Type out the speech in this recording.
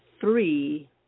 three